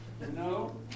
No